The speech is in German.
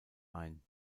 ein